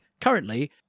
currently